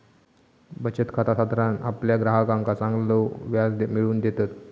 बचत खाता साधारण आपल्या ग्राहकांका चांगलो व्याज मिळवून देतत